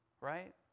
right